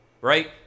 right